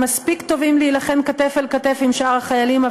הם מספיק טובים להילחם כתף אל כתף עם שאר החיילים,